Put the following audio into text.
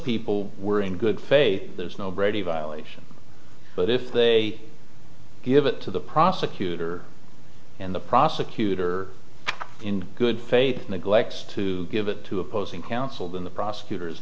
people were in good faith there's nobody violation but if they give it to the prosecutor and the prosecutor in good faith neglects to give it to opposing counsel then the prosecutor